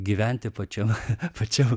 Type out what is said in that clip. gyventi pačiam pačiam